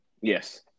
Yes